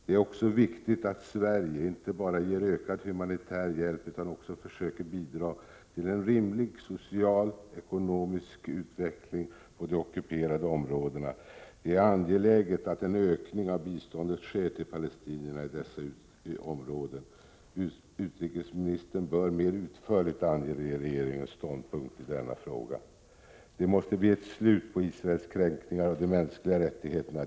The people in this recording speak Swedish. Det är också viktigt att Sverige inte bara ger ökad humanitär hjälp utan också försöker bidra till en rimlig social och ekonomisk utveckling på de ockuperade områdena. Det är angeläget att en ökning av biståndet sker till palestinierna i dessa områden. Utrikesministern bör mer utförligt ange regeringens ståndpunkt i denna fråga. Det måste bli ett slut på Israels kränkningar av de mänskliga rättigheterna.